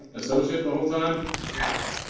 associate the whole time yeah